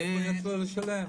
איך הוא יישלם,